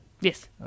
Yes